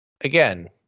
Again